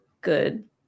good